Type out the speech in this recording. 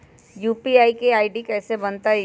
UPI के ID कैसे बनतई?